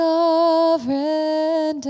Sovereign